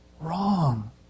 wrong